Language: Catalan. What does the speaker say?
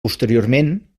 posteriorment